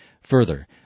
further